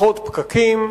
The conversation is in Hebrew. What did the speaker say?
פחות פקקים.